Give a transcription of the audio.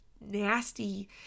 nasty